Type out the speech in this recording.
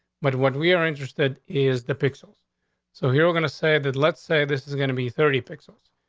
but what we are interested is the pixels so here we're gonna say that. let's say this is going to be thirty pixels,